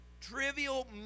trivial